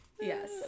Yes